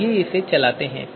आइए इसे चलाते हैं